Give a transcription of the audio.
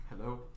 hello